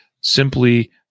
simply